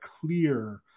clear